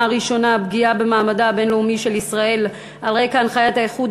הראשונה: פגיעה במעמדה הבין-לאומי של ישראל על רקע הנחיית האיחוד